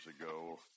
ago